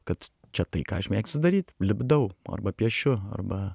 kad čia tai ką aš mėgstu daryt lipdau arba piešiu arba